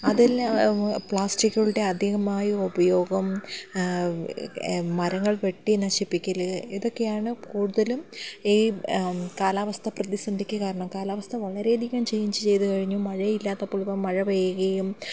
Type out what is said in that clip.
അതെല്ലാം പ്ലാസ്റ്റിക്കുകളുടെ അധികമായി ഉപയോഗം മരങ്ങൾ വെട്ടി നശിപ്പിക്കൽ ഇതൊക്കെയാണ് കൂടുതലും ഈ കാലാവസ്ഥ പ്രതിസന്ധിയ്ക്ക് കാരണം കാലാവസ്ഥ വളരെയധികം ചേഞ്ച് ചെയ്തു കഴിഞ്ഞു മഴയില്ലാത്തപ്പോൾ മഴ പെയ്യുകയും